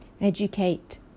Educate